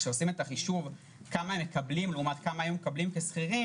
כשעושים את החישוב כמה מקבלים לעומת כמה היו מקבלים כשכירים,